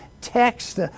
text